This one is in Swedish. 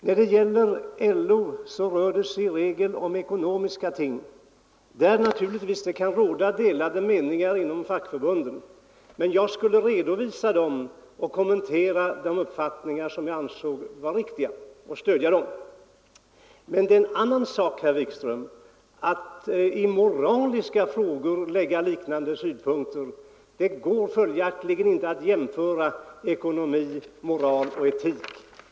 När det gäller uttalanden från LO rör det sig i regel om ekonomiska ting, där det naturligtvis kan råda delade meningar inom fackförbunden, men jag skulle redovisa och kommentera dem och stödja de uppfattningar som jag ansåg vara riktiga. Men det är en annan sak, herr Wikström, att i moraliska frågor anlägga liknande synpunkter. Det går följaktligen inte att jämföra ekonomi med moral och etik.